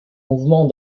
mouvement